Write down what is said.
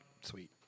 sweet